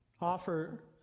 offer